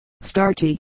starchy